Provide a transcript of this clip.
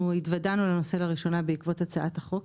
אנחנו התוודענו לנושא לראשונה בעקבות הצעת החוק